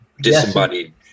Disembodied